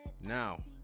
Now